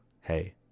hey